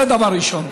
זה דבר ראשון.